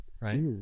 Right